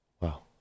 Wow